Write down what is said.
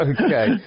Okay